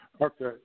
Okay